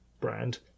brand